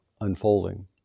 unfolding